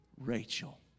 Rachel